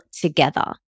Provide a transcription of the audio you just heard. together